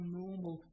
normal